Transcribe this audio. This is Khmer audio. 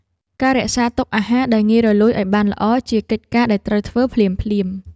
ការរក្សាទុកអាហារដែលងាយរលួយឱ្យបានល្អ ជាកិច្ចការដែលត្រូវធ្វើភ្លាមៗ។